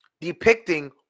depicting